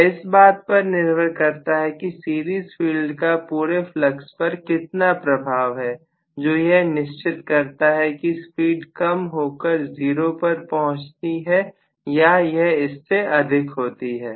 यह इस बात पर निर्भर करता है कि सीरीज फील्ड का पूरे फ्लक्स पर कितना प्रभाव है जो यह निश्चित करता है की स्पीड कम होकर जीरो पर पहुंचती है या यह इससे अधिक जाती है